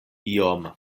iom